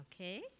Okay